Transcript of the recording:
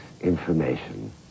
information